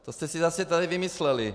To jste si zase tady vymysleli!